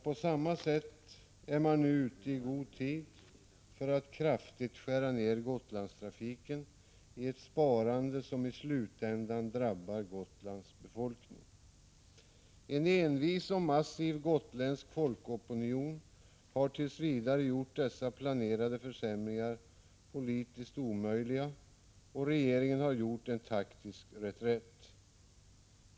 På samma sätt är man nu ute i god tid. Man vill kraftigt skära ned Gotlandstrafiken, som ett led i ett sparande som i slutändan drabbar Gotlands befolkning. En envis och massiv gotländsk folkopinion har tills vidare gjort dessa planerade försämringar politiskt omöjliga, och regeringen har gjort en taktisk reträtt.